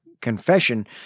confession